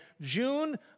June